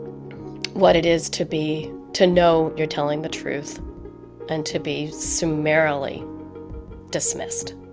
what it is to be to know you're telling the truth and to be summarily dismissed